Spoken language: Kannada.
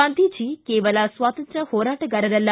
ಗಾಂಧೀಜಿ ಕೇವಲ ಸ್ವಾತಂತ್ರ್ಯ ಹೋರಾಟಗಾರರಲ್ಲ